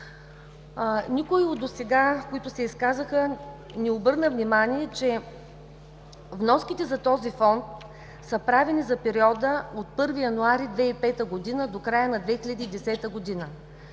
Никой от досега, които се изказаха, не обърна внимание, че вноските за този Фонд са правени за периода от 1 януари 2005 г. до края на 2010 г.